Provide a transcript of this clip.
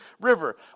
River